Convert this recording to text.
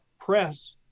press